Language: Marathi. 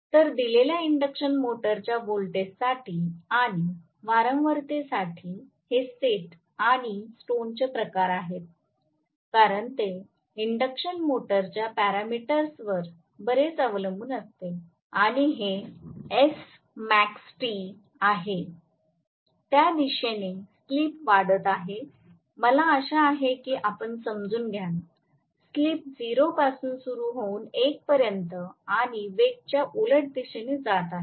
तर दिलेल्या इंडक्शन मोटरच्या व्होल्टेजसाठी आणि वारंवारतेसाठी हे सेट आणि स्टोनचे प्रकार आहे कारण ते इंडक्शन मोटरच्या पॅरामीटर्सवर बरेच अवलंबून असते आणि हे स्मॅक्सटी SmaxT आहे त्या दिशेने स्लिप वाढत आहे मला आशा आहे की आपण समजून घ्याल स्लिप 0 पासून सुरू होऊन 1 पर्यंत आणि वेग च्या उलट दिशेने जात आहे